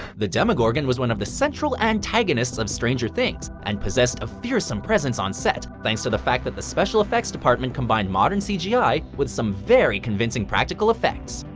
the demogorgon was one of the central antagonists of stranger things, and posessed a fearsome presence on set, thanks to the fact that the special effects department combined modern cgi with some very convincing practical effects.